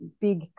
big